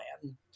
plan